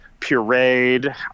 pureed